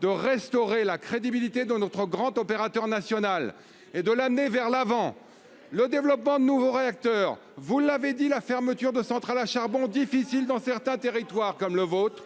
de restaurer la crédibilité de notre grand opérateur national et de l'amener vers l'avant. Le développement de nouveaux réacteurs. Vous l'avez dit, la fermeture de centrales à charbon difficile dans certains territoires comme le vôtre,